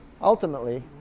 ultimately